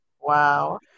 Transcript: wow